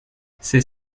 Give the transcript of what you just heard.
c’est